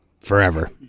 Forever